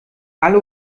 alle